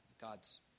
God's